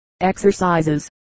Exercises